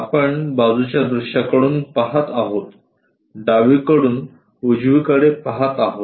आपण बाजूच्या दृश्याकडून पाहत आहोत डावीकडून उजवीकडे पाहत आहोत